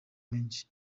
menshi